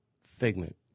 figment